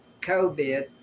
COVID